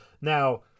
now